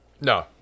no